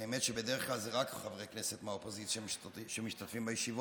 האמת היא שבדרך כלל זה רק חברי כנסת מהאופוזיציה שמשתתפים בישיבות,